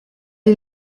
est